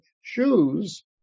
shoes